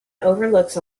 overlooks